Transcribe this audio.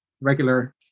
regular